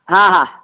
हा हा